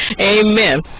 amen